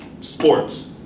sports